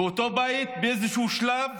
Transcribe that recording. ואותו בית באיזשהו שלב